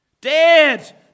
Dead